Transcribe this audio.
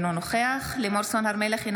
אינו נוכח לימור סון הר מלך,